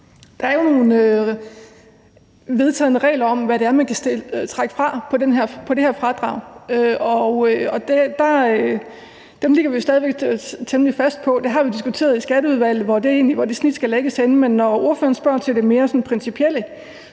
Der er jo vedtaget nogle regler om, hvad det er, man kan trække fra på det her fradrag, og dem ligger vi jo stadig væk temmelig fast på. Det har vi diskuteret i Skatteudvalget, altså hvor det snit skal lægges henne, men når ordføreren spørger til det mere sådan principielle,